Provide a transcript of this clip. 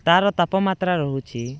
ତାର ତାପମାତ୍ରା ରହୁଛି